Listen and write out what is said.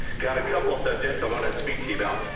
got a couple of subjects. i want to speak to you about.